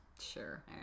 Sure